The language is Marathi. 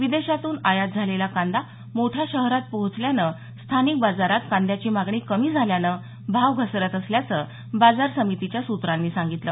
विदेशातून आयात झालेला कांदा मोठ्या शहारत पोहोचल्याने स्थानिक बाजारात कांद्याची मागणी कमी झाल्यानं भाव घसरत असल्याचं बाजार समितीच्या सूत्रांनी सांगितलं